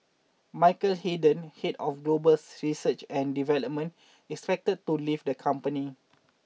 Michael Hayden head of global research and development is expected to leave the company